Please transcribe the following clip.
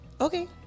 Okay